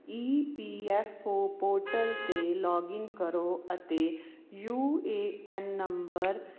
ਈ P F O portal 'ਤੇ login ਕਰੋ ਅਤੇ ਯੂ ਏ ਐੱਨ ਨੰਬਰ